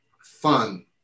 fun